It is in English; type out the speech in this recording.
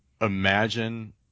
imagine